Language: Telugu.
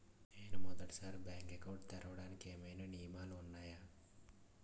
నేను మొదటి సారి బ్యాంక్ అకౌంట్ తెరవడానికి ఏమైనా నియమాలు వున్నాయా?